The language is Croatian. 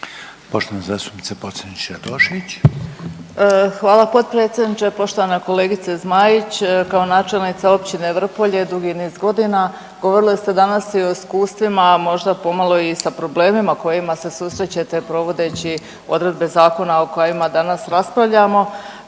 potpredsjedniče. Poštovana kolegice Zmaić, kao načelnica Općine Vrpolje dugi niz godina govorili ste danas i o iskustvima, a možda pomalo i sa problemima kojima se susrećete provodeći odredbe zakona o kojima danas raspravljamo.